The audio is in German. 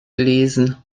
lesen